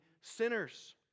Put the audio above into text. sinners